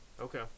Okay